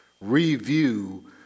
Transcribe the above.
review